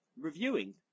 reviewing